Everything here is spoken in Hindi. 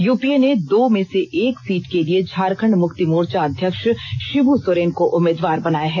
यूपीए ने दो में से एक सीट के लिए झारखंड मुक्ति मोर्चा अध्यक्ष शिव् सोरेन को उम्मीदवार बनाया है